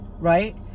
Right